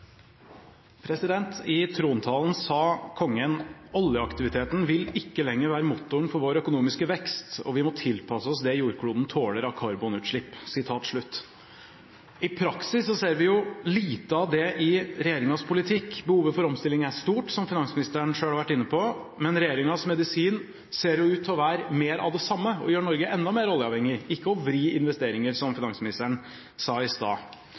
I trontalen sa Kongen: «Oljeaktiviteten vil ikke lenger være motoren for vår økonomiske vekst. Og vi må tilpasse oss det jordkloden tåler av karbonutslipp.» I praksis ser vi lite av det i regjeringens politikk. Behovet for omstilling er stort, som finansministeren selv har vært inne på, men regjeringens medisin ser ut til å være mer av det samme og gjør Norge enda mer oljeavhengig, ikke å vri investeringer, som finansministeren sa i stad.